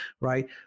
right